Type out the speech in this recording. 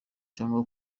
cyangwa